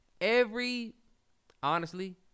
every—honestly